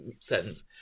sentence